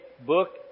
book